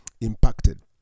impacted